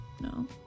no